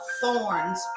thorns